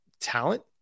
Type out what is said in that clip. talent